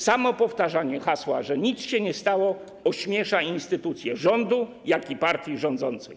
Samo powtarzanie hasła, że nic się nie stało, ośmiesza zarówno instytucję rządu, jak i partię rządzącą.